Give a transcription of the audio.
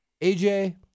AJ